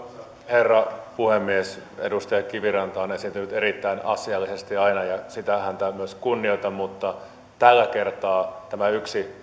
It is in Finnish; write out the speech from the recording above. herra puhemies edustaja kiviranta on esiintynyt erittäin asiallisesti aina ja siitä häntä myös kunnioitan mutta tällä kertaa tämä